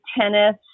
tennis